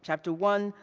chapter one.